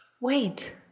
Wait